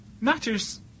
matters